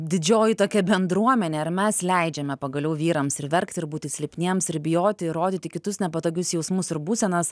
didžioji tokia bendruomenė ar mes leidžiame pagaliau vyrams ir verkt ir būti silpniems ir bijoti ir rodyti kitus nepatogius jausmus ir būsenas